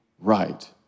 right